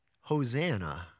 Hosanna